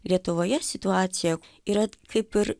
lietuvoje situacija yra kaip ir